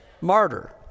Martyr